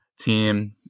team